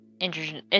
interesting